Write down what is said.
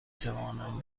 توانم